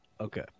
Okay